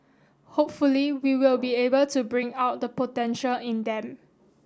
hopefully we will be able to bring out the potential in them